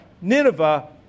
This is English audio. Nineveh